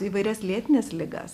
įvairias lėtines ligas